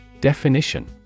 Definition